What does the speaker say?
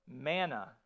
manna